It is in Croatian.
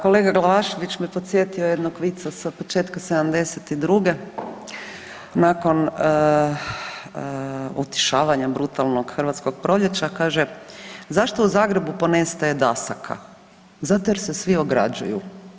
Kolega Glavašević me podsjetio jednog vica sa početka '72., nakon utišavanja brutalnog Hrvatskog proljeća, kaže zašto u Zagrebu ponestaje dasaka zato jer se svi ograđuju.